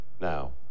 Now